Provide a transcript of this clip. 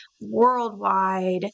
worldwide